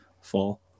fall